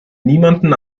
niemanden